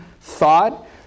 thought